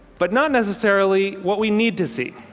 but not necessarily what we need to see.